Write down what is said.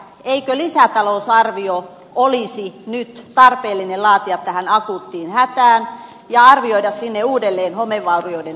eikö lisätalousarvio olisi nyt tarpeellinen laatia tähän akuuttiin hätään ja arvioida sinne uudelleen homevaurioiden ongelmat